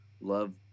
love